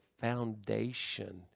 foundation